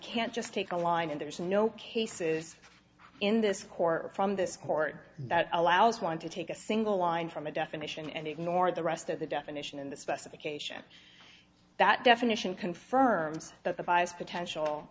can't just take a line and there is no cases in this court or from this court that allows one to take a single line from a definition and ignore the rest of the definition in the specification that definition confirms that the bias potential